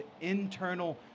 internal